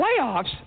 Playoffs